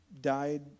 died